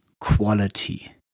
quality